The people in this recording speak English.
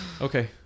okay